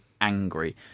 angry